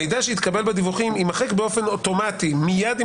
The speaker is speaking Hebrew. המידע שיתקבל בדיווחים יימחק באופן אוטומטי מייד עם